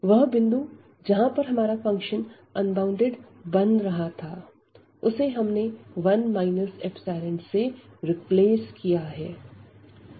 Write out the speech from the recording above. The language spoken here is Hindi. वह बिंदु जहां पर हमारा फंक्शन अनबॉउंडेड बन रहा था उसे हमने 1 ϵ से रिप्लेस किया है